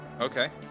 Okay